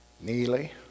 Neely